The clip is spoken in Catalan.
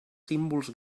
símbols